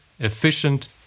efficient